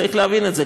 צריך להבין את זה.